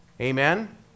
Amen